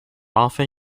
often